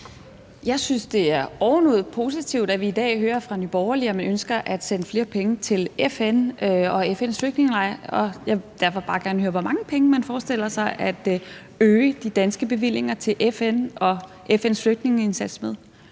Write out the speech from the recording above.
Jeg synes, det er ovenud positivt, at vi i dag hører fra Nye Borgerlige, at man ønsker at sende flere penge til FN og FN's flygtningelejre, og jeg vil derfor bare gerne høre, hvor mange penge man forestiller sig at øge de danske bevillinger til FN og FN's flygtningeindsats med.